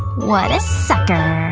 what a second